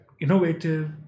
innovative